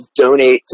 donate